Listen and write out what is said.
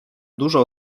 dużo